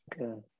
okay